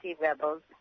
rebels